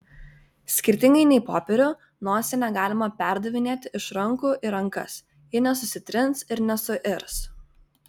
skirtingai nei popierių nosinę galima perdavinėti iš rankų į rankas ji nesusitrins ir nesuirs